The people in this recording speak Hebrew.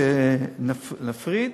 שנפריד?